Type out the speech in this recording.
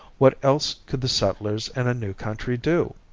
what else could the settlers in a new country do?